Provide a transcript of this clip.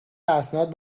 اسناد